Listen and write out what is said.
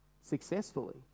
successfully